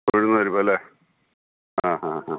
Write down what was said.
ഉഴുന്നു പരിപ്പ് അല്ലേ ആ ഹാ ഹാ